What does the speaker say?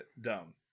Dumb